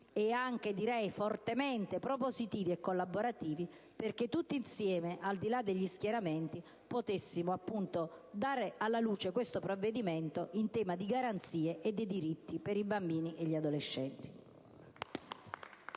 anche fortemente propositivi e collaborativi, affinché tutti insieme, al di là degli schieramenti, potessimo dare luce a questo provvedimento in tema di garanzie e dei diritti dei bambini e degli adolescenti.